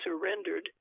surrendered